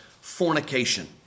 fornication